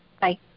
Bye